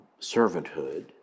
servanthood